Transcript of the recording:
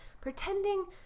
pretending